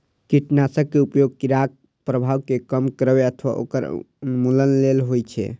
कीटनाशक के उपयोग कीड़ाक प्रभाव कें कम करै अथवा ओकर उन्मूलन लेल होइ छै